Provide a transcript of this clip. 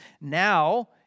Now